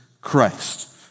Christ